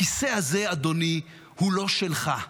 הכיסא הזה אדוני, הוא לא שלך,